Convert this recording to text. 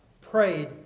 Prayed